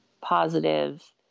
positive